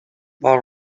while